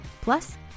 Plus